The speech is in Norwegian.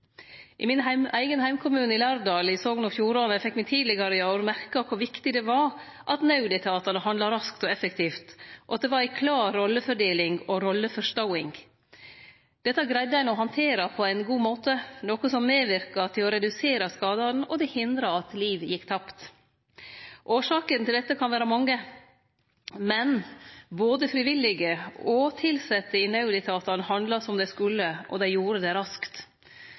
I min eigen heimkommune i Lærdal i Sogn og Fjordane fekk me tidlegare i år merke kor viktig det var at naudetatane handla raskt og effektivt, og at det var ei klår rollefordeling og rolleforståing. Dette greidde ein å handtere på ein god måte, noko som medverka til å redusere skadane, og det hindra at liv gjekk tapt. Årsakene til dette kan vere mange, men både frivillige og tilsette i naudetatane handla som dei skulle, og dei gjorde det raskt.